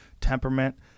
temperament